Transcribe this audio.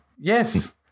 Yes